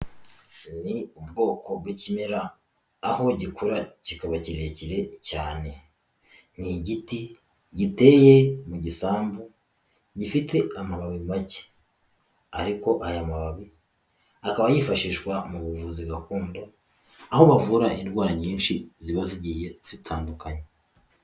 Ni ubwoko bw'ikimera aho gikura kikaba kirekire cyane, ni igiti giteye mu gisambu gifite amababi make ariko aya mababi akaba yifashishwa mu buvuzi gakondo, aho bavura indwara nyinshi ziba zigiye zitandukanye.